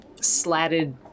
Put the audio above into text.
slatted